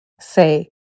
say